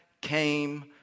came